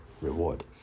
reward